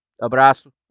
abraço